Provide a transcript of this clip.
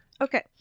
Okay